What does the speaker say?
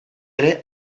ere